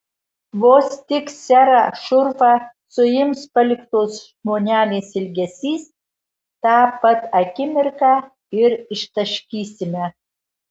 vos tik serą šurfą suims paliktos žmonelės ilgesys tą pat akimirką ir ištaškysime